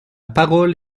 parole